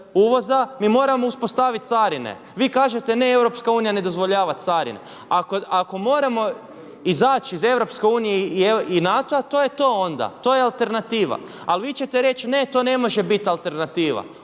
uvoza mi moramo uspostavit carine. Vi kažete ne, EU ne dozvoljava carine. Ako moramo izaći iz EU i NATO-a to je to onda. To je alternativa. Ali vi ćete reći ne, to ne može biti alternativa.